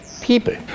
people